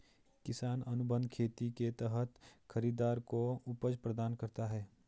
किसान अनुबंध खेती के तहत खरीदार को उपज प्रदान करता है